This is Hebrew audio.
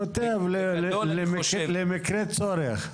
כותב למקרה הצורך.